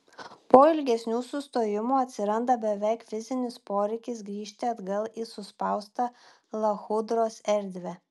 po ilgesnių sustojimų atsiranda beveik fizinis poreikis grįžti atgal į suspaustą lachudros erdvę